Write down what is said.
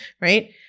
right